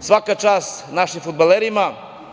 Svaka čast našim fudbalerima.